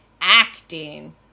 acting